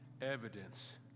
evidence